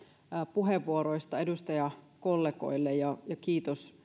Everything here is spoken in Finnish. puheenvuoroista edustajakollegoille ja ja kiitos